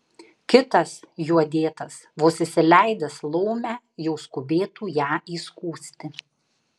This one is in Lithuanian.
kitas juo dėtas vos įsileidęs laumę jau skubėtų ją įskųsti